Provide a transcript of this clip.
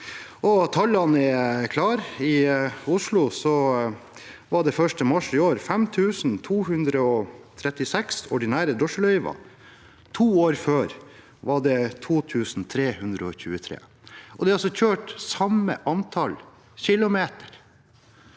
Tallene er klare: I Oslo var det 1. mars i år 5 236 ordinære drosjeløyver, to år før var det 2 323 – og det er altså kjørt samme antall kilometer.